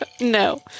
No